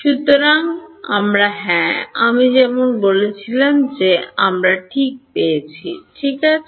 সুতরাং আমরা হ্যাঁ আমি যেমন বলেছিলাম যে আমরা ঠিক পেয়েছি ঠিক আছে